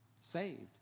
saved